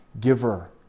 giver